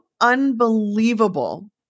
unbelievable